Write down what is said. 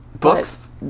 Books